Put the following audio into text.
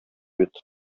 бит